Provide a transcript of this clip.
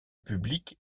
public